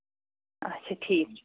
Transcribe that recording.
اَچھا ٹھیٖک چھُ